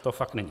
To fakt není.